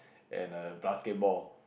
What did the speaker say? and err basketball